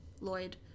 Lloyd